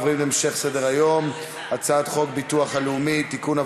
עוברים להמשך סדר-היום: הצעת חוק הביטוח הלאומי (תיקון,